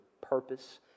purpose